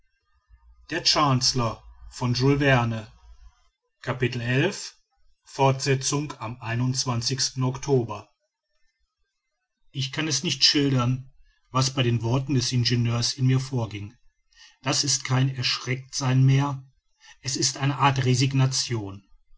fortsetzung am oktober ich kann es nicht schildern was bei den worten des ingenieurs in mir vorging das ist kein erschrecktsein mehr es ist eine art resignation